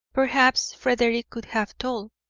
perhaps frederick could have told,